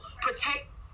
protect